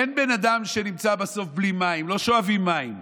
אין בן אדם שנמצא בסוף בלי מים, לא שואבים מים,